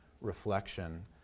reflection